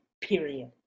period